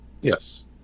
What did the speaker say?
Yes